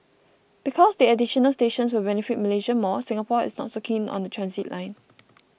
because the additional stations will benefit Malaysia more Singapore is not so keen on the transit line